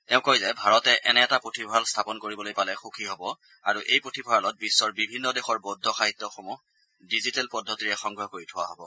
তেওঁ কয় যে ভাৰতে এনে এটা পুথিভঁৰাল স্থাপন কৰিবলৈ পালে সুখী হব আৰু এই পুথিভঁৰালত বিশ্বৰ বিভিন্ন দেশৰ বৌদ্ধ সাহিত্যসমূহ ডিজিটেল পদ্ধতিৰে সংগ্ৰহ কৰি থোৱা হব